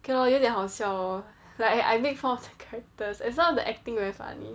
okay lor 有点好笑 lor like I I make fun of the characters as long as the acting very funny